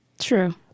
True